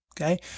okay